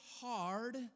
hard